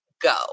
go